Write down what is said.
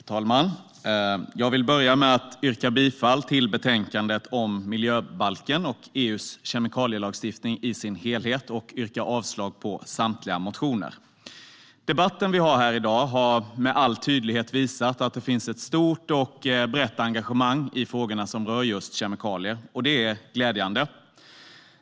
Herr talman! Jag vill börja med att yrka bifall till förslaget i betänkandet om miljöbalken och EU:s kemikalielagstiftning i sin helhet och avslag på samtliga motioner. Debatten vi har här i dag har med all tydlighet visat att det finns ett stort och brett engagemang i frågorna som rör kemikalier. Det är glädjande.